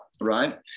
right